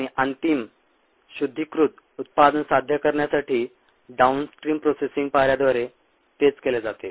आणि अंतिम शुद्धीकृत उत्पादन साध्य करण्यासाठी डाउनस्ट्रीम प्रोसेसिंग पायऱ्याद्वारे तेच केले जाते